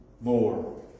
more